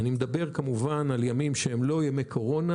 אני מדבר כמובן על ימים שהם לא ימי קורונה,